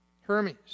hermes